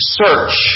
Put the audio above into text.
search